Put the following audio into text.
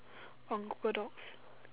from Google dots